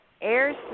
air